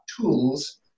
tools